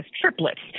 triplets